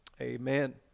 amen